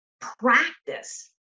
practice